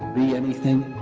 be anything.